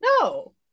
No